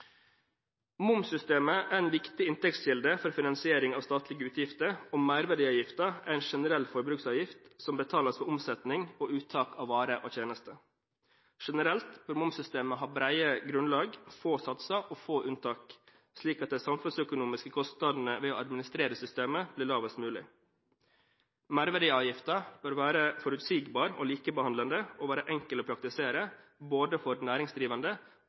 Momssystemet er en viktig inntektskilde for finansiering av statlige utgifter, og merverdiavgiften er en generell forbruksavgift som betales ved omsetning og uttak av varer og tjenester. Generelt bør momssystemet ha brede grunnlag, få satser og få unntak, slik at de samfunnsøkonomiske kostnadene ved å administrere systemet blir lavest mulig. Merverdiavgiften bør være forutsigbar, likebehandlende og enkel å praktisere for både næringsdrivende